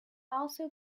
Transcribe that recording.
also